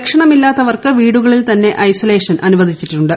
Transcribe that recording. ലക്ഷണമില്ലാത്തവർക്ക് വീടുകളിൽ തന്നെ ഐസൊലേഷൻ അനുവദിച്ചിട്ടുണ്ട്